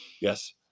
Yes